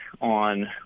on